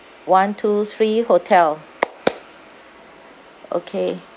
one two three hotel okay